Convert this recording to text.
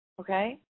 Okay